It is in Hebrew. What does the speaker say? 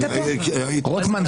רוטמן,